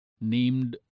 named